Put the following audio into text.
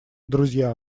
друзья